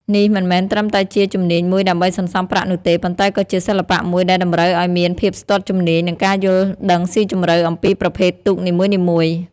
នេះមិនមែនត្រឹមតែជាជំនាញមួយដើម្បីសន្សំប្រាក់នោះទេ ប៉ុន្តែក៏ជាសិល្បៈមួយដែលតម្រូវឲ្យមានភាពស្ទាត់ជំនាញ និងការយល់ដឹងស៊ីជម្រៅអំពីប្រភេទទូកនីមួយៗ។